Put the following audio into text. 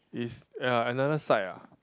is ya another side ah